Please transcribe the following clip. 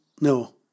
no